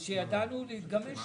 מי נגד?